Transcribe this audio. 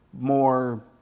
more